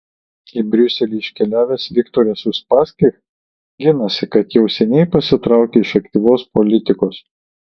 į briuselį iškeliavęs viktoras uspaskich ginasi kad jau seniai pasitraukė iš aktyvios politikos